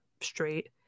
straight